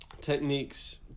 Techniques